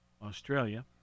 Australia